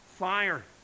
fire